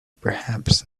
perhaps